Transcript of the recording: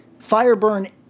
Fireburn